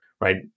right